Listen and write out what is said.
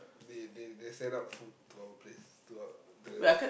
they they they send up food to our place to our the